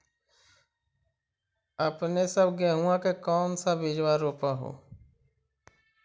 अपने सब गेहुमा के कौन सा बिजबा रोप हू?